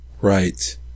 Right